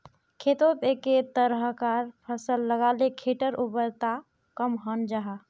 खेतोत एके तरह्कार फसल लगाले खेटर उर्वरता कम हन जाहा